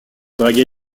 draguer